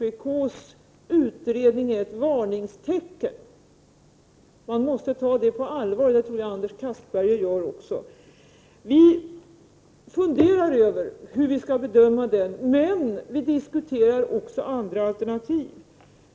1988/89:92 varningstecken, som man måste ta på allvar, och det tror jag också att Anders 7 april 1989 Castberger gör. Vi funderar över hur vi skall bedöma den, men vi diskuterar också andra alternativ.